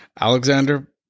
Alexander